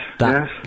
yes